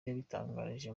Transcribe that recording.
yabitangarije